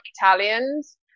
Italians